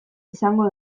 izango